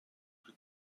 plus